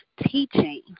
teaching